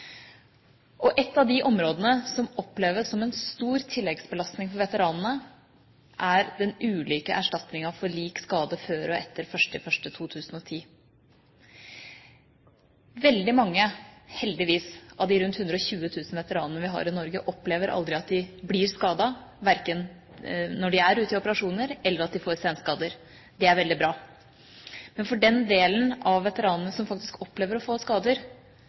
av de områdene som oppleves som en stor tilleggsbelastning for veteranene, er den ulike erstatningen for lik skade før og etter 1. januar 2010. Veldig mange, heldigvis, av de rundt 120 000 veteranene vi har i Norge, opplever aldri at de blir skadet når de er ute i operasjoner, eller at de får senskader. Det er veldig bra. Men for den delen av veteranene som faktisk opplever å få skader,